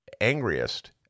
angriest